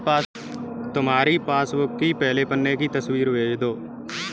तुम्हारी पासबुक की पहले पन्ने की तस्वीर भेज दो